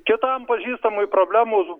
kitam pažįstamui problemos